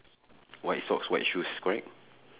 white socks white shoes correct